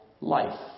life